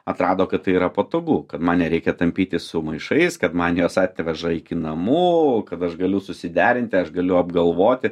atrado kad tai yra patogu kad man nereikia tampytis su maišais kad man juos atveža iki namų kad aš galiu susiderinti aš galiu apgalvoti